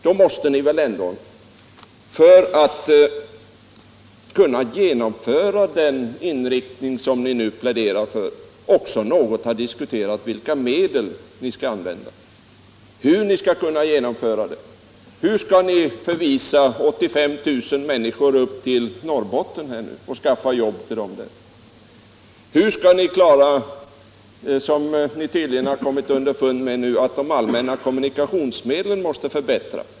Då måste ni väl ändå, för att kunna genomföra den inriktning som ni nu pläderar för, också något ha diskuterat vilka medel ni skulle använda, hur ni skulle kunna genomföra det. Hur skall ni förflytta 85 000 människor upp till Norrbotten och skaffa jobb till dem där? Hur skall ni klara, vilket ni tydligen har kommit underfund med nu, att de allmänna kommunikationsmedlen måste förbättras?